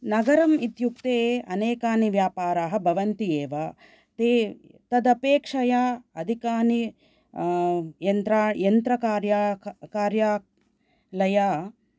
नगरम् इत्युक्ते अनेकानि व्यापाराः भवन्ति एव ते तदपेक्षया अधिकानि यन्त्रकार्यालय